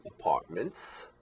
apartments